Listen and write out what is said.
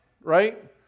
right